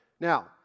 Now